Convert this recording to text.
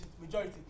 majority